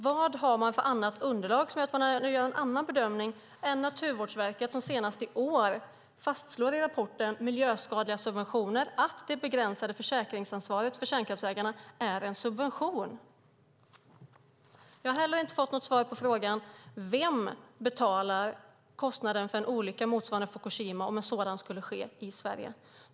Vad har man för underlag som gör att man gör en annan bedömning än Naturvårdsverket som senast i år fastslår i rapporten Potentiellt miljöskadliga subventioner att det begränsade försäkringsansvaret för kärnkraftsägarna är en subvention? Jag har heller inte fått något svar på frågan: Vem betalar kostnaden för en olycka motsvarande Fukushima om en sådan skulle ske i Sverige?